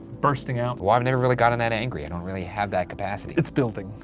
bursting out. well, i've never really gotten that angry. i don't really have that capacity. it's building.